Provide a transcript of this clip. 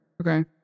okay